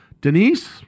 Denise